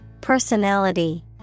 Personality